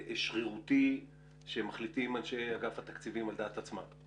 שרירותי שמחליטים אנשי אגף התקציבים על דעת עצמם.